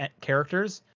characters